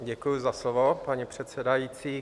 Děkuji za slovo, paní předsedající.